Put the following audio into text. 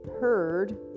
heard